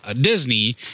Disney